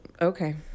Okay